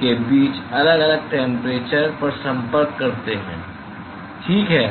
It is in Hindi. के बीच अलग अलग टैम्परेचर पर संपर्क करते हैं ठीक है